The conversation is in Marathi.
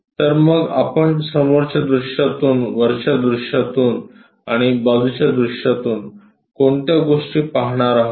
तर मग आपण समोरच्या दृश्यातून वरच्या दृश्यातून आणि बाजूच्या दृश्यातून कोणत्या गोष्टी पाहणार आहोत